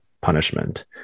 punishment